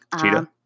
Cheetah